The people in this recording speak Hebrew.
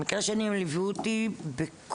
במקרה שלי הם ליוו אותי בכל,